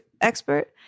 expert